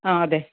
ആ അതെ